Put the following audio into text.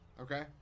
Okay